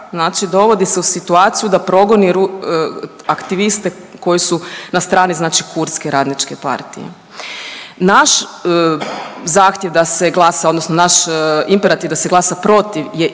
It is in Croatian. znači dovodi se u situaciju da progoni aktiviste koji su na strani znači kurdske radničke partije. Naš zahtjev da se glasa odnosno naš imperativ da se glasa protiv je isključivo